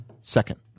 Second